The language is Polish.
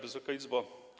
Wysoka Izbo!